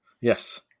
Yes